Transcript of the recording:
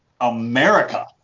America